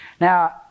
Now